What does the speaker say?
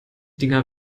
dinger